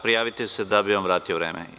Prijavite se da bih vam vratio vreme.